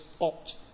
opt